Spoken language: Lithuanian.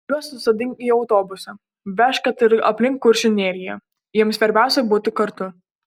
juos susodink į autobusą vežk kad ir aplink kuršių neriją jiems svarbiausia būti kartu